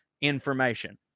information